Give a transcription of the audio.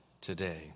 today